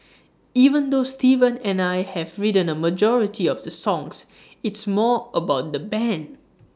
even though Steven and I have written A majority of the songs it's more about the Band